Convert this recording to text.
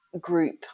group